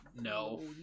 No